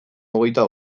hogeita